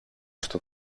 στο